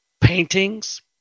paintings